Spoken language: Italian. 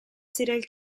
serial